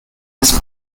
his